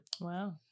Wow